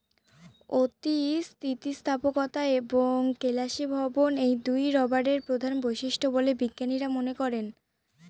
অতি স্থিতিস্থাপকতা এবং কেলাসীভবন এই দুইই রবারের প্রধান বৈশিষ্ট্য বলে বিজ্ঞানীরা মনে করেন